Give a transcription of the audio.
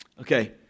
Okay